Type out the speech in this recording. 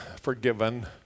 forgiven